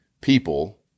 people